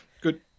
Good